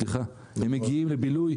סליחה; הם מגיעים לבילוי,